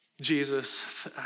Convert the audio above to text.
Jesus